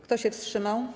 Kto się wstrzymał?